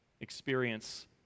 experience